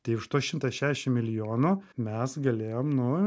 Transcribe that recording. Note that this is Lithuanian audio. tai už tuos šimtą šešiasdešim milijonų mes galėjom nu